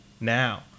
Now